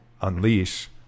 unleash